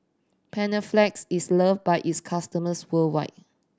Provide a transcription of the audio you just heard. Panaflex is loved by its customers worldwide